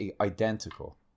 identical